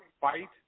Fight